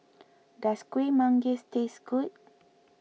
does Kuih Manggis tastes good